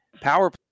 power